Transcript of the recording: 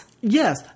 Yes